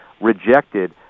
rejected